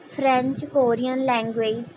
French Korean language